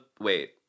wait